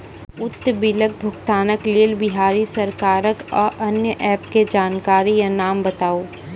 उक्त बिलक भुगतानक लेल बिहार सरकारक आअन्य एप के जानकारी या नाम बताऊ?